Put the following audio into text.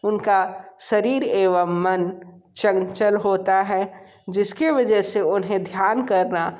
उनका शरीर एवं मन चंचल होता है जिसकी वजह से उन्हें ध्यान करना